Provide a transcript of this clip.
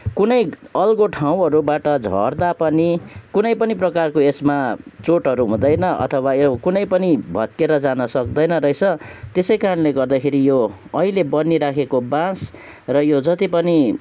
कुनै अग्लो ठाउँहरूबाट झर्दा पनि कुनै पनि प्रकारको यसमा चोटहरू हुँदैन अथवा यो कुनै पनि भत्केर जान सक्दैन रहेछ त्यसैकारणले गर्दाखेरि यो अहिले बनिराखेको बाँस र यो जति पनि